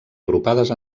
agrupades